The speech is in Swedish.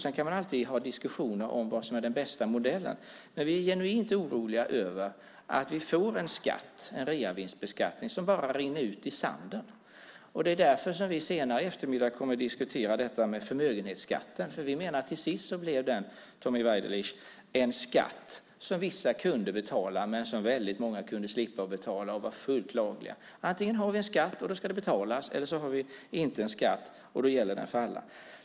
Man kan alltid ha diskussioner om vad som är den bästa modellen, men vi är genuint oroliga över att vi får en skatt, en reavinstbeskattning, som bara rinner ut i sanden. Det är därför som vi senare i eftermiddag kommer att diskutera detta när det gäller förmögenhetsskatten. Vi menar att till sist blev den, Tommy Waidelich, en skatt som vissa kunde betala men som väldligt många kunde slippa att betala och vara fullt lagliga. Antingen har vi en skatt, och då ska det betalas, eller så har vi inte en skatt, och då gäller det för alla.